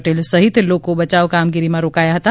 પટેલ સહિત લોકો બચાવ કામગીરીમાં રોકાયા હતા